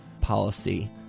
policy